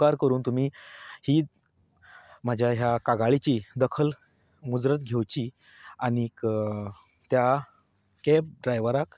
उपकार करून तुमी ही म्हज्या ह्या कागाळीची दखल मुजरत घेवची आनी त्या कॅब ड्रायव्हराक